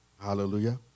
Hallelujah